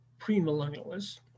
premillennialists